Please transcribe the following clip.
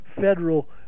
federal